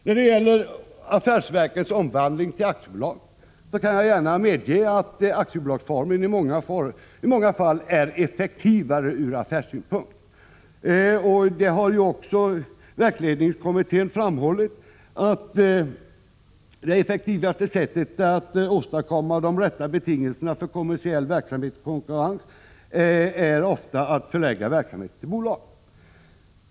När det gäller affärsverkens omvandling till aktiebolag kan jag gärna medge att aktiebolagsformen i många fall är effektivare ur affärssynpunkt. Verksledningskommittén har också framhållit att det effektivaste sättet att åstadkomma de rätta betingelserna för kommersiell verksamhet och konkurrens ofta är att förlägga verksamheter i bolag.